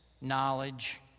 knowledge